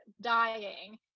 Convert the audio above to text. dying